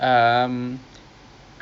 ya naik segway